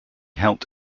helped